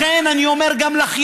לכן אני אומר גם לך,